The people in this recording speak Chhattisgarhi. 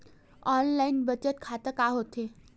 ऑनलाइन बचत खाता का होथे?